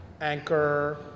Anchor